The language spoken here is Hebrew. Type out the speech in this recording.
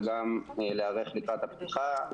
וגם להיערך לקראת הפתיחה.